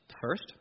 First